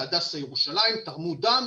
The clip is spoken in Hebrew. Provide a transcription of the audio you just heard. והם תרמו דם.